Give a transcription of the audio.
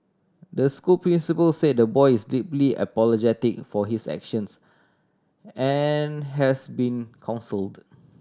the school principal said the boy is deeply apologetic for his actions and has been counselled